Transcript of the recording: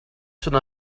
should